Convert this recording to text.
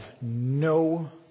no